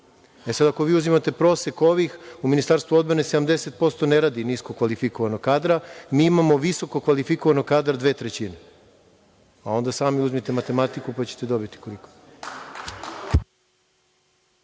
i doktori. Ako uzimate prosek ovih, u Ministarstvu odbrane 70% ne radi nisko kvalifikovanog kadra. Mi imamo visoko kvalifikovanog kadra dve trećine, pa sami uzmite matematike pa ćete dobiti koliko.